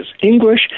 English